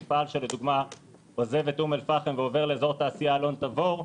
מפעל שעוזב את אום אל פאחם ועובר לאזור התעשייה אלון תבור,